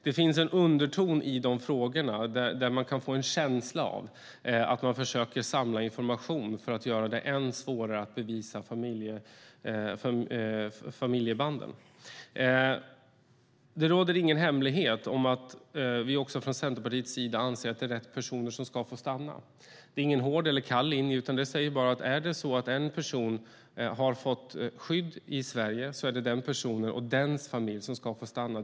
Det finns en underton i de frågorna som ger en känsla av att man försöker samla information för att göra det än svårare att bevisa familjebanden. Det är ingen hemlighet att vi från Centerpartiets sida också anser att det är rätt personer som ska få stanna. Det är ingen hård eller kall linje. Den säger bara att är det så att en person har fått skydd i Sverige är det den personens familj som ska få stanna.